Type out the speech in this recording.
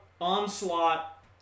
Onslaught